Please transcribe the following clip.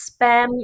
Spam